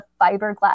fiberglass